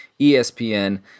ESPN